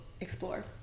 explore